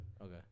Okay